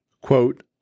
Quote